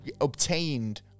obtained